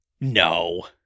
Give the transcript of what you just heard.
No